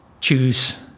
choose